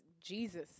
Jesus